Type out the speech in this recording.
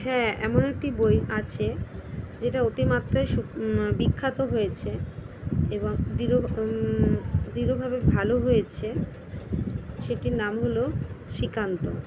হ্যাঁ এমন একটি বই আছে যেটা অতিমাত্রায় সু বিখ্যাত হয়েছে এবং দৃঢ় দৃঢ়ভাবে ভালো হয়েছে সেটির নাম হলো শ্রীকান্ত